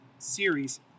series